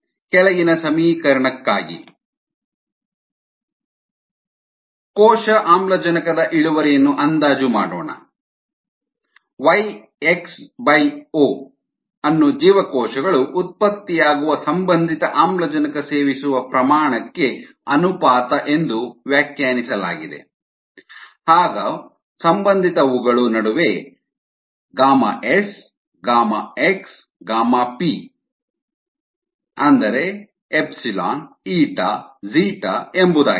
ಕೆಳಗಿನ ಸಮೀಕರಣಕ್ಕಾಗಿ CHmOl a NH3 b O2 yx CHpOnNq yp CHrOsNt c H2O d CO2 ಕೋಶ ಆಮ್ಲಜನಕದ ಇಳುವರಿಯನ್ನು ಅಂದಾಜು ಮಾಡೋಣ Yxo ಅನ್ನು ಜೀವಕೋಶಗಳು ಉತ್ಪತ್ತಿಯಾಗುವ ಸಂಬಂಧಿತ ಆಮ್ಲಜನಕ ಸೇವಿಸುವ ಪ್ರಮಾಣಕ್ಕೆ ಅನುಪಾತ ಎಂದು ವ್ಯಾಖ್ಯಾನಿಸಲಾಗಿದೆ ಹಾಗು ಸಂಬಂಧಿತವುಗಳ ನಡುವೆ sxp ಎಂಬುದಾಗಿದೆ